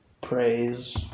praise